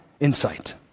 insight